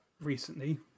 recently